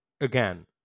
again